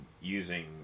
using